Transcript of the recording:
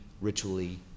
ritually